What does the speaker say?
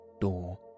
door